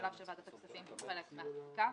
השלב של ועדת הכספים הוא חלק מן ההחלטה.